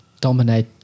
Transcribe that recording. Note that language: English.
dominate